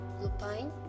Lupine